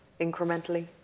incrementally